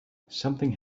something